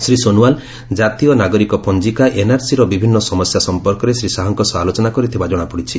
ଶ୍ରୀ ସୋନୱାଲ୍ ଜାତୀୟ ନାଗରିକ ପଞ୍ଜିକା ଏନ୍ଆର୍ସିର ବିଭିନ୍ନ ସମସ୍ୟା ସମ୍ପର୍କରେ ଶ୍ରୀ ଶାହାଙ୍କ ସହ ଆଲୋଚନା କରିଥିବା ଜଣାପଡ଼ିଛି